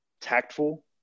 tactful